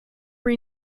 were